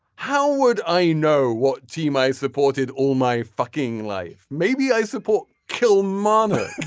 how would i know what team i supported. all my fucking life. maybe i support kill momma